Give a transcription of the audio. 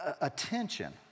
attention